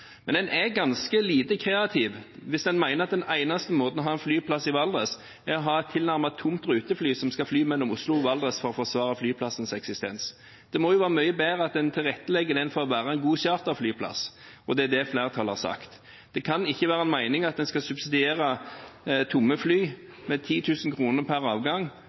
Men en er ganske lite kreativ hvis en mener at den eneste måten å ha en flyplass i Valdres på er å ha et tilnærmet tomt rutefly som skal fly mellom Oslo og Valdres for å forsvare flyplassens eksistens. Det må være mye bedre at en legger til rette for at den kan være en god charterflyplass, og det er det flertallet har sagt. Det kan ikke være mening i at en skal subsidiere tilnærmet tomme fly med 10 000 kr per avgang